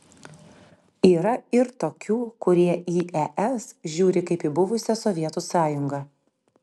yra ir tokių kurie į es žiūri kaip į buvusią sovietų sąjungą